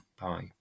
Bye